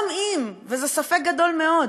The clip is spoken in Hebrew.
גם אם, וזה ספק גדול מאוד,